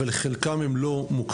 אבל חלקם הם לא מוכרים.